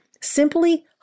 simply